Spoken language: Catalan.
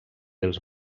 els